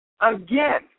Again